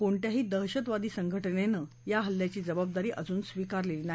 कोणत्याही दहशतवादी संघ जनं या हल्ल्याची जबाबदारी स्वीकारलेली नाही